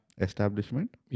establishment